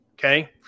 Okay